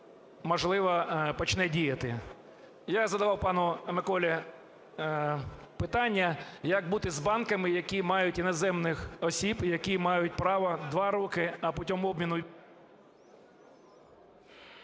Я задавав пану Миколі питання, як бути з банками, які мають іноземних осіб і які мають право 2 роки, а шляхом обміну…